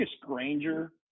Granger